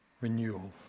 renewal